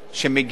שמגיעים